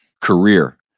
career